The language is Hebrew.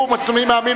הוא מוסלמי מאמין,